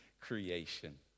creation